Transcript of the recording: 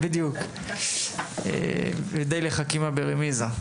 בדיוק, ודי לחכימא ברמיזא.